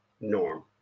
norm